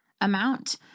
amount